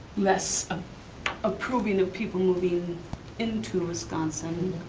less approving of people moving into wisconsin.